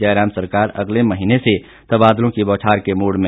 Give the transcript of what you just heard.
जयराम सरकार अगले महीने से तबादलों की बौछार के मूड में